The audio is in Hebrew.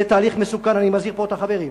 זה תהליך מסוכן, אני מזהיר את החברים פה.